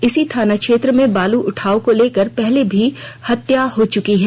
इसी थाना क्षेत्र में बालू उठाव को लेकर पहले भी हत्या हो चुकी है